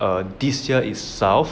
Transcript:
err this year in south